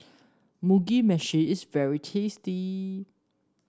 Mugi Meshi is very tasty